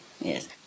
yes